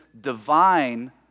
divine